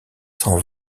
s’en